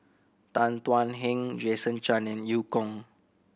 Tan Thuan Heng Jason Chan and Eu Kong